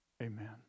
Amen